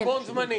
לא על חשבון זמני,